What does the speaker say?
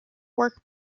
work